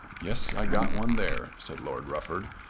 yes i got one there, said lord rufford,